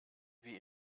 wie